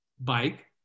bike